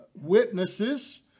witnesses